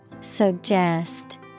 Suggest